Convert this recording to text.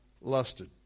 lusted